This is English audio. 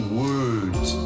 words